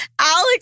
Alex